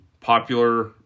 popular